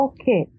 Okay